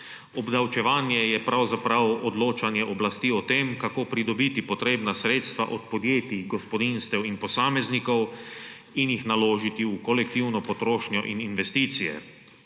Obdavčevanje je pravzaprav odločanje oblasti o tem, kako pridobiti potrebna sredstva od podjetij, gospodinjstev in posameznikov ter jih naložiti v kolektivno potrošnjo in investicije.